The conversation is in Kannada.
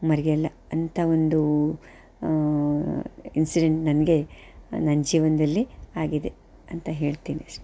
ಮರೆಯಲ್ಲ ಅಂತ ಒಂದು ಇನ್ಸಿಡೆಂಟ್ ನನಗೆ ನನ್ನ ಜೀವನದಲ್ಲಿ ಆಗಿದೆ ಅಂತ ಹೇಳ್ತೀನಿ ಅಷ್ಟೇ